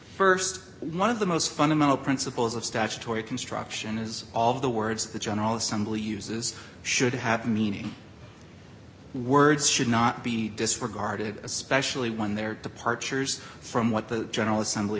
first one of the most fundamental principles of statutory construction is all of the words of the general assembly uses should have meaning words should not be disregarded especially when there departures from what the general assembly